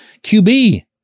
QB